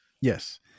Yes